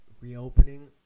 reopening